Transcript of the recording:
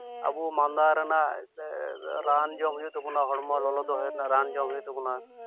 ᱟᱵᱚ ᱢᱟᱸᱫᱟ ᱨᱮᱱᱟᱜ ᱨᱟᱱ ᱡᱚᱢ ᱦᱩᱭᱩᱜ ᱛᱟᱵᱚᱱᱟ ᱦᱚᱲᱢᱚ ᱞᱚᱞᱚ ᱫᱚᱦᱚᱭ ᱨᱮᱱᱟᱜ ᱨᱟᱱ ᱡᱚᱢ ᱦᱩᱭᱩᱜ ᱛᱟᱵᱚᱱᱟ